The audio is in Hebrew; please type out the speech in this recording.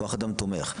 כוח אדם תומך.